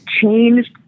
changed